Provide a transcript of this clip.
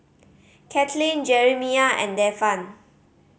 Katelyn Jerimiah and Devan